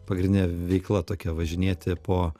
pagrindinė veikla tokia važinėti po